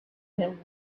him